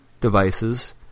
devices